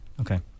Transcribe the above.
Okay